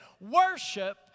Worship